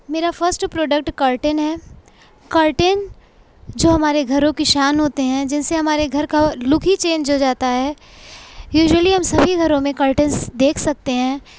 میرا first product curtain ہے curtain جو ہمارے گھروں کی شان ہوتے ہیں جن سے ہمارے گھر کا لک ہی چینج ہو جاتا ہے یوژولی ہم سارے گھروں میں کرٹنس دیکھ سکتے ہیں